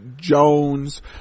Jones